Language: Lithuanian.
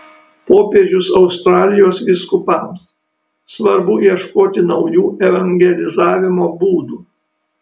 popiežius australijos vyskupams svarbu ieškoti naujų evangelizavimo būdų